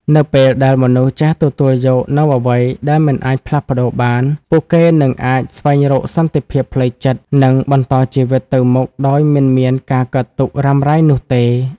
នៅពេលដែលមនុស្សចេះទទួលយកនូវអ្វីដែលមិនអាចផ្លាស់ប្តូរបាន ពួកគេនឹងអាចស្វែងរកសន្តិភាពផ្លូវចិត្ត និងបន្តជីវិតទៅមុខដោយមិនមានការកើតទុក្ខរុំារ៉ៃនោះទេ។